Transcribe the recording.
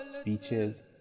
speeches